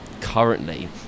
currently